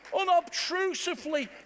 unobtrusively